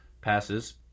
passes